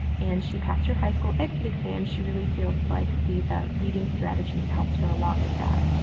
and she passed her high school exit exam. she really feels like these ah reading strategies helped her a lot with that.